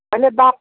पहले दाम